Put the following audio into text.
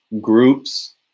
Groups